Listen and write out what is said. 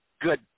Good